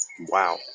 Wow